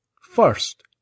First